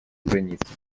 границы